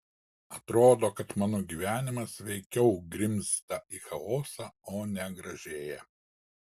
atrodo kad mano gyvenimas veikiau grimzta į chaosą o ne gražėja